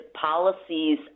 policies